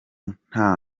nta